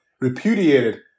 repudiated